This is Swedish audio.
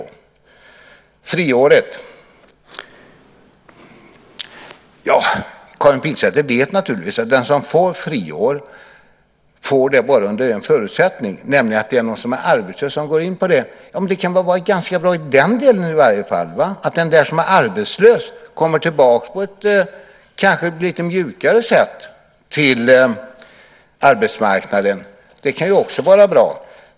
När det gäller friåret vet Karin Pilsäter naturligtvis att den som får ett friår bara får det under en förutsättning, nämligen att det är någon som är arbetslös som går in i stället. Det kan väl i alla fall vara bra att den som är arbetslös kommer tillbaks till arbetsmarknaden på ett lite mjukare sätt.